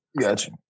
Gotcha